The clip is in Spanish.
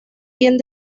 bien